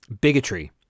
bigotry